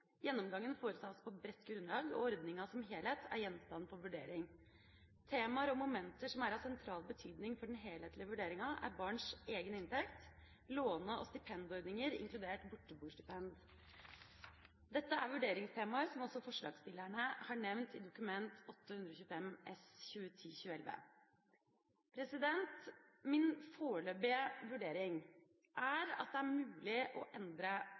Gjennomgangen foretas på bredt grunnlag, og ordningen som helhet er gjenstand for vurdering. Temaer og momenter som er av sentral betydning for den helhetlige vurderinga, er barns egen inntekt og låne- og stipendordninger, inkludert borteboerstipend. Dette er vurderingstemaer som også forslagsstillerne har nevnt i Dokument 825 S for 2010–2011. Min foreløpige vurdering er at det er mulig å endre